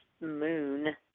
moon